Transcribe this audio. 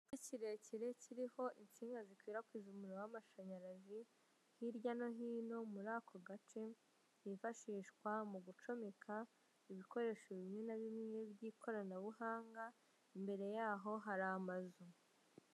Kirekire kiriho insinga zikwirakwiza umuriro w'amashanyarazi hirya no hino muri ako gace hifashishwa mu gucomeka ibikoresho bimwe na bimwe by'ikoranabuhanga imbere yaho hari amazu.